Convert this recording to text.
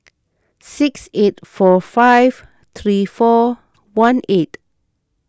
six eight four five three four one eight